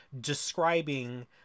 describing